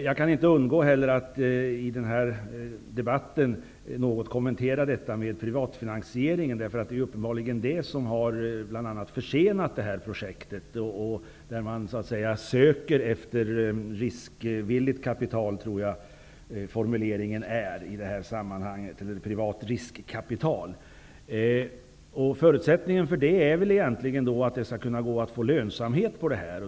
Jag kan inte heller undgå att i den här debatten något kommentera detta med privatfinansieringen. Det är uppenbarligen bl.a. det som har försenat projektet. Man söker efter riskvilligt kapital -- jag tror att det är formuleringen i det här sammanhanget -- eller privat riskkapital. Förutsättningen för det är väl egentligen att det skall kunna gå att få lönsamhet på detta.